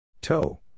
Toe